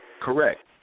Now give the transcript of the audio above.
Correct